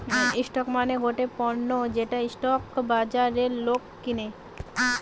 stock মানে গটে পণ্য যেটা স্টক বাজারে লোক কিনে